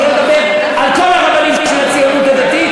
שלא לדבר על כל הרבנים של הציונות הדתית.